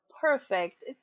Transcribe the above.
perfect